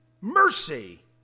mercy